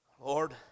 Lord